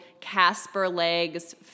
Casper-legs